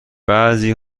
بعضی